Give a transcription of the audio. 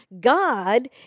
God